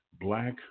Black